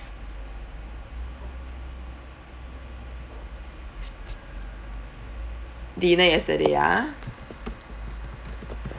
dinner yesterday ah